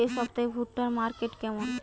এই সপ্তাহে ভুট্টার মার্কেট কেমন?